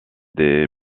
des